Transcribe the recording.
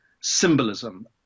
symbolism